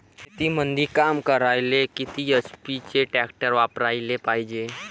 शेतीमंदी काम करायले किती एच.पी चे ट्रॅक्टर वापरायले पायजे?